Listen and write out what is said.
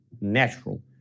natural